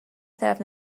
طرف